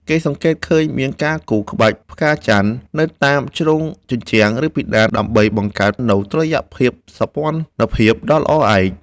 គេសង្កេតឃើញមានការគូរ ក្បាច់ផ្កាចន្ទ នៅតាមជ្រុងជញ្ជាំង ឬពិដាន ដើម្បីបង្កើតនូវតុល្យភាពសោភ័ណភាពដ៏ល្អឯក។